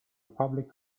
public